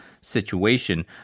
situation